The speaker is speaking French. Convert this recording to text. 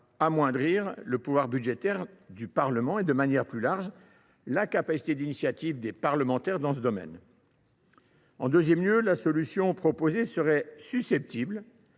amoindrir le pouvoir budgétaire du Parlement et, de manière plus large, la capacité d’initiative des parlementaires dans ce domaine. En deuxième lieu, la solution proposée serait susceptible